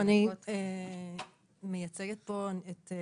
אני מייצגת פה את כללית,